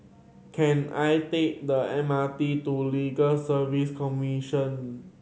can I take the M R T to Legal Service Commission